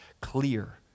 clear